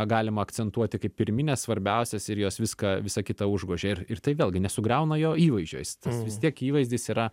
galima akcentuoti kaip pirmines svarbiausias ir jos viską visa kita užgožia ir ir tai vėlgi nesugriauna jo įvaizdžio jis tas vis tiek įvaizdis yra